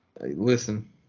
listen